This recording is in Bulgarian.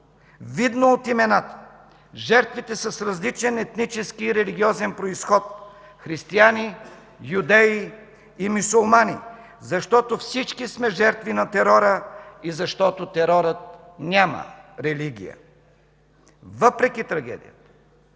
Видно от имената, жертвите са с различен етнически и религиозен произход – християни, юдеи и мюсюлмани, защото всички сме жертви на терора и защото терорът няма религия. Въпреки трагедията,